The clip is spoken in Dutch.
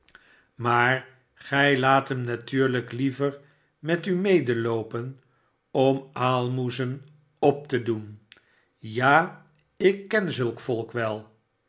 maar gij laat hem natourlijk hever met u meeloopen om aalmoezen op te doen ja ik ken zulk volk wel